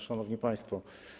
Szanowni Państwo!